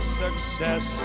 success